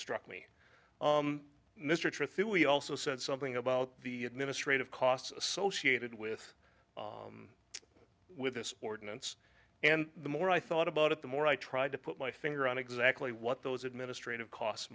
we also said something about the administrative costs associated with with this ordinance and the more i thought about it the more i tried to put my finger on exactly what those administrative costs